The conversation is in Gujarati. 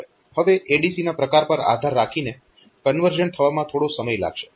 હવે ADC ના પ્રકાર પર આધાર રાખીને કન્વર્ઝન થવામાં થોડો સમય લાગશે